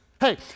Hey